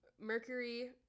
Mercury